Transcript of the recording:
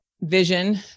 vision